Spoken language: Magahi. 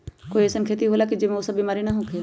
कोई अईसन खेती होला की वो में ई सब बीमारी न होखे?